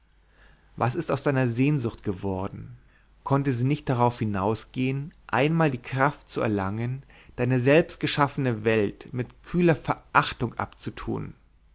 was ist aus deiner sehnsucht geworden konnte sie nicht darauf hinausgehen einmal die kraft zu erlangen deine selbstgeschaffene welt mit kühler verachtung abzutun